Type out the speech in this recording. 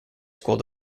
school